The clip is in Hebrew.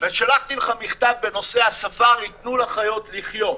שלחתי לך מכתב בנושא הספארי תנו לחיות לחיות.